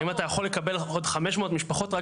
האם אתה יכול לקבל עוד 500 משפחות רק